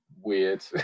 weird